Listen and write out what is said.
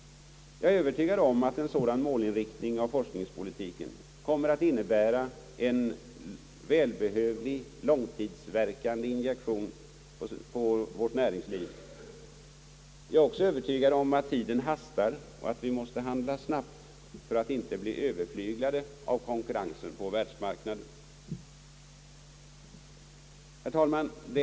Jag är övertygad om att en sådan målinriktning av forskningspolitiken kommer att innebära en välbehövlig långtidsverkande injektion på vårt näringsliv. Jag är också övertygad om att tiden hastar och att vi måste handla snabbt för att inte bli överflyglade av konkurrensen på världsmarknaden. Herr talman!